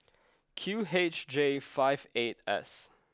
Q H J five eight S